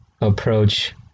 approach